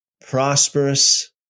prosperous